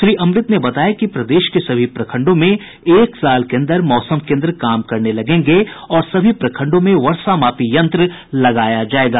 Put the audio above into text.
श्री अमृत बताया कि प्रदेश के सभी प्रखंडों में एक साल के अन्दर मौसम केन्द्र काम करने लगेंगे और सभी प्रखंडों में वर्षा मापी यंत्र लगाया जायेगा